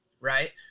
Right